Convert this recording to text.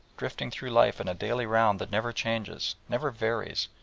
drifting through life in a daily round that never changes, never varies,